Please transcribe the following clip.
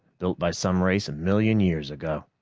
built by some race a million years ago.